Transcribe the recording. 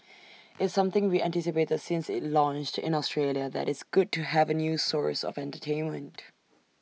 it's something we anticipated since IT launched in Australia that is good to have A new source of entertainment